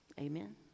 Amen